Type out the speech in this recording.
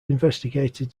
investigated